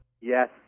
Yes